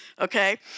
Okay